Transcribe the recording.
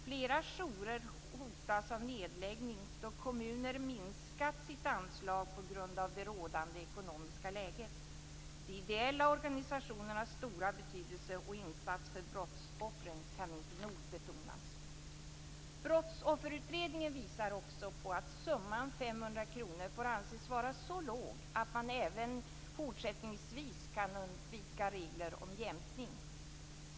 Flera jourer hotas av nedläggning då kommuner har minskat sitt anslag på grund av det rådande ekonomiska läget. De ideella organisationernas stora betydelse och insats för brottsoffren kan inte nog betonas. Brottsofferutredningen visar också på att summan 500 kr får anses vara så låg att man även fortsättningsvis kan undvika regler om jämkning.